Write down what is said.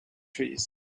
trees